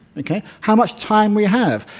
okay? how much time we have?